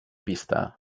pista